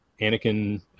Anakin